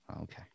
okay